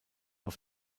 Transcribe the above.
auf